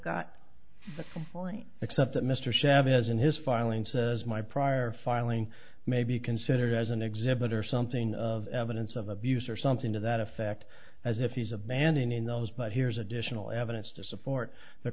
complaint except that mr shab is in his filing says my prior filing may be considered as an exhibit or something of evidence of abuse or something to that effect as if he's abandoning those but here's additional evidence to support the